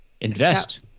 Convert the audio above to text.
Invest